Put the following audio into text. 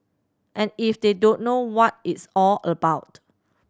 and if they don't know what it's all about